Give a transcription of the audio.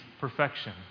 perfection